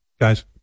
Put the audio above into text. guys